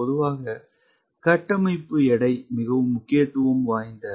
பொதுவாக கட்டமைப்பு எடை மிகவும் முக்கியத்துவம் வாய்ந்த